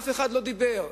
אף אחד לא דיבר.